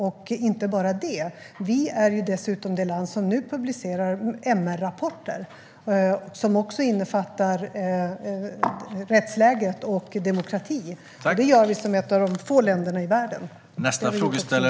Och inte bara det - vi är dessutom det land som publicerar MR-rapporter, vilket också innefattar rättsläge och demokrati. Det är vi ett av få länder i världen som gör.